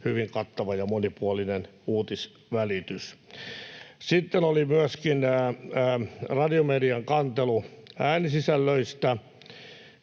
hyvin kattava ja monipuolinen uutisvälitys. Sitten oli myöskin Radiomedian kantelu äänisisällöistä.